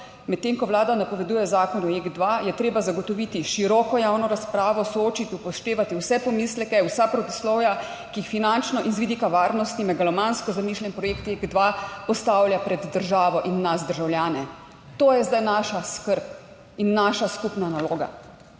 Medtem ko vlada napoveduje zakon o Jek 2, je treba zagotoviti široko javno razpravo, soočiti, upoštevati vse pomisleke, vsa protislovja, ki jih finančno in iz vidika varnosti megalomansko zamišljen projekt Jek 2 postavlja pred državo in nas državljane. To je zdaj naša skrb in naša skupna naloga,